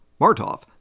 Martov